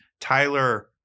Tyler